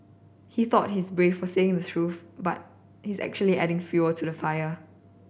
he thought he's brave for saying the truth but he's actually adding fuel to the fire